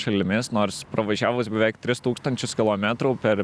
šalimis nors pravažiavus beveik tris tūkstančius kilometrų per